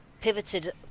pivoted